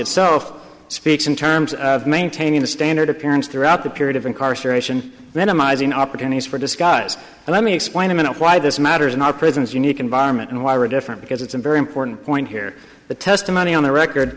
itself speaks in terms of maintaining the standard appearance throughout the period of incarceration minimizing opportunities for disguise let me explain a minute why this matters in our prisons unique environment and why we're different because it's a very important point here the testimony on the